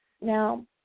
Now